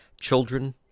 children